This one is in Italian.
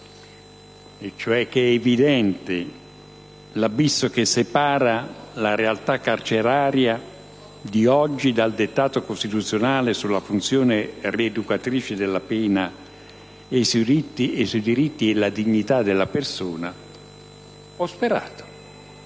rilevando l'evidente abisso che separa la realtà carceraria di oggi dal dettato costituzionale sulla funzione rieducatrice della pena e sui diritti e la dignità della persona, ho sperato